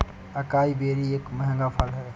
acai berry एक महंगा फल है